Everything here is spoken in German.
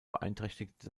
beeinträchtigte